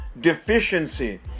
deficiency